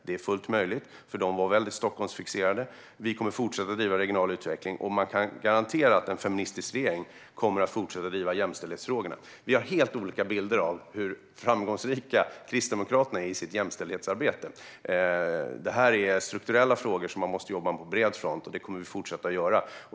Det är fullt möjligt, för Moderaterna var väldigt Stockholmsfixerade. Vi kommer att fortsätta att driva regional utveckling, och man kan garantera att en feministisk regering kommer att fortsätta att driva jämställdhetsfrågorna. Vi har helt olika bilder av hur framgångsrika Kristdemokraterna är i sitt jämställdhetsarbete. Detta är strukturella frågor där man måste jobba på bred front, och det kommer vi att fortsätta att göra.